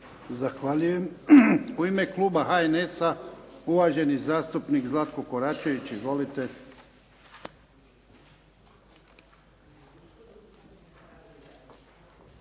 Zahvaljujem. U ime kluba HNS-a uvaženi zastupnik Zlatko Koračević. Izvolite.